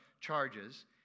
charges